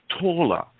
taller